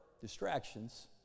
distractions